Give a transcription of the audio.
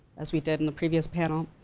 as we did in the previous panel.